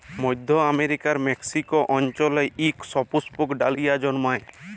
মইধ্য আমেরিকার মেক্সিক অল্চলে ইক সুপুস্পক ডালিয়া জল্মায়